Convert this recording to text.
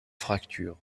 fracture